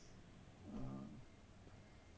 so mm